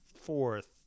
Fourth